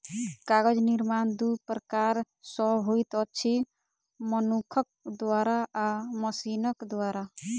कागज निर्माण दू प्रकार सॅ होइत अछि, मनुखक द्वारा आ मशीनक द्वारा